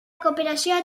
cooperació